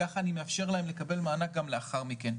כך אני מאפשר להם לקבל מענק גם לאחר מכן.